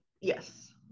yes